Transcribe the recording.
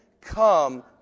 Come